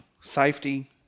Safety